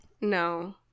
No